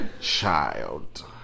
Child